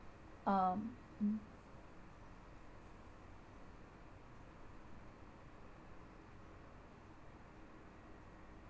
um mm